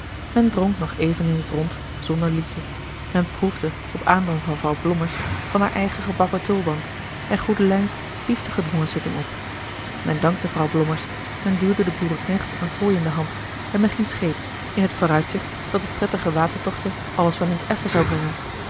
men dronk nog even in t rond zonder liedje men proefde op aandrang van vrouw blommers van haar eigen gebakken tulband en goedelijns hief de gedwongen zitting op men dankte vrouw blommers men duwde den boerenknecht eene fooi in de hand en men ging scheep in het vooruitzicht dat het prettige watertochtje alles wel weêr in t effen zou brengen